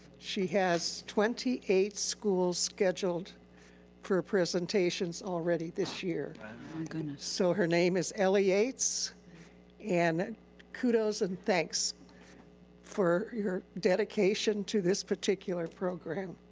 she has twenty eight schools scheduled for presentations already this kind of so her name is ellie yates and kudos and thanks for your dedication to this particular program.